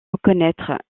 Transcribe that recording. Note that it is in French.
reconnaître